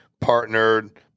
partnered